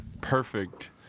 perfect